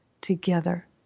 together